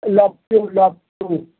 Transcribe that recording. लप्चू लप्चू